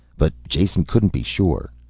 but jason couldn't be sure.